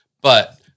but-